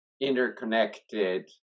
interconnected